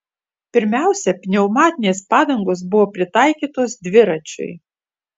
pirmiausia pneumatinės padangos buvo pritaikytos dviračiui